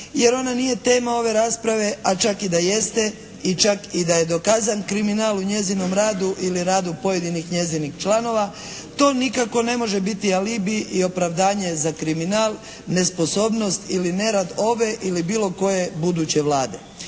jer ona nije tema ove rasprave, a čak i da jeste i čak i da je dokazan kriminal u njezinom radu ili radu pojedinih njezinih članova to nikako ne može biti alibi i opravdanje za kriminal, nesposobnost ili nerad ove ili bilo koje buduće Vlade.